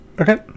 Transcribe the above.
okay